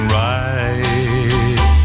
right